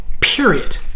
Period